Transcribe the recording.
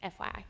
FYI